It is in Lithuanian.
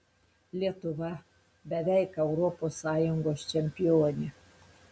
lietuva beveik europos sąjungos čempionė